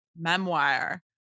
memoir